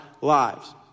lives